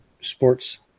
sports